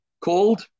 called